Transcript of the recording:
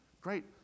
great